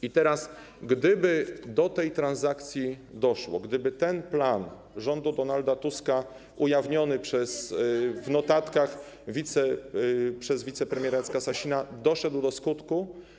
I teraz gdyby do tej transakcji doszło, gdyby ten plan rządu Donalda Tuska ujawniony w notatkach przez wicepremiera Jacka Sasina doszedł do skutku.